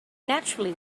naturally